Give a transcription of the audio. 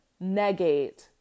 negate